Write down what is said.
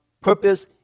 purpose